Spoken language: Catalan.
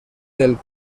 del